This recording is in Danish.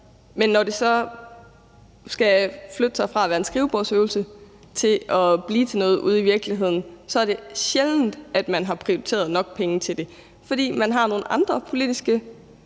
Men når det så skal flytte sig fra at være en skrivebordsøvelse til at blive til noget ude i virkeligheden, er det sjældent, at man har prioriteret nok penge til det, fordi man har nogle andre politiske